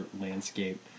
landscape